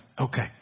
Okay